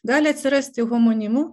gali atsirasti homonimų